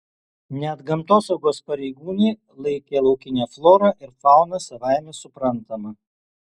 net gamtosaugos pareigūnai laikė laukinę florą ir fauną savaime suprantama